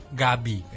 gabi